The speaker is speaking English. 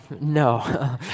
No